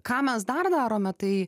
ką mes dar darome tai